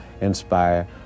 inspire